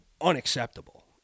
unacceptable